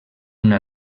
una